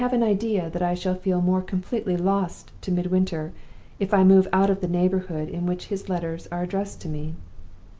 i have an idea that i shall feel more completely lost to midwinter if i move out of the neighborhood in which his letters are addressed to me.